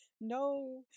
No